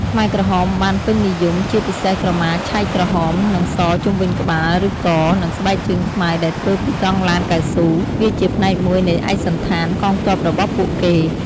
ខ្មែរក្រហមបានពេញនិយមជាពិសេសក្រមាឆែកក្រហម និងសជុំវិញក្បាល ឬ ក និងស្បែកជើងខ្មៅដែលធ្វើពីកង់ឡានកៅស៊ូ វាជាផ្នែកមួយនៃ "ឯកសណ្ឋាន" កងទ័ពរបស់ពួកគេ។